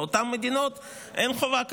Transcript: באותן מדינות אין חובה כזאת.